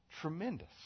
tremendous